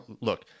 look